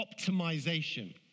optimization